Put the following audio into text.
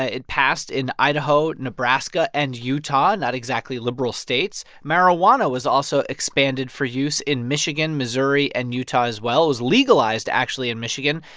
ah it passed in idaho, nebraska and utah, not exactly liberal states. marijuana was also expanded for use in michigan, missouri and utah, as well, was legalized, actually, in michigan,